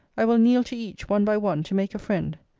i will kneel to each, one by one, to make a friend.